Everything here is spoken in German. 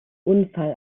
unfall